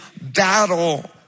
battle